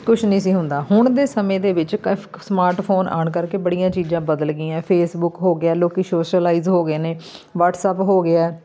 ਕੁਛ ਨਹੀਂ ਸੀ ਹੁੰਦਾ ਹੁਣ ਦੇ ਸਮੇਂ ਦੇ ਵਿੱਚ ਸਮਾਰਟਫ਼ੋਨ ਆਉਣ ਕਰਕੇ ਬੜੀਆਂ ਚੀਜ਼ਾਂ ਬਦਲ ਗਈਆਂ ਫੇਸਬੁੱਕ ਹੋ ਗਿਆ ਲੋਕ ਸੋਸ਼ਲਾਈਜ਼ ਹੋ ਗਏ ਨੇ ਵਾਟਸਅੱਪ ਹੋ ਗਿਆ